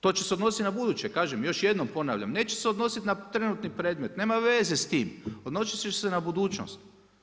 To će se odnositi na buduće, kažem još jednom ponavljam, neće se odnositi na trenutni predmet, nema veze s tim, odnosit će se na budućnost.